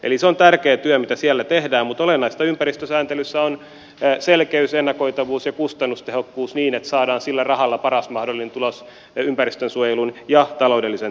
eli se on tärkeä työ mitä siellä tehdään mutta olennaista ympäristösääntelyssä on selkeys ennakoitavuus ja kustannustehokkuus niin että saadaan sillä rahalla paras mahdollinen tulos ympäristönsuojelun ja taloudellisen tehokkuuden kannalta